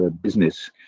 business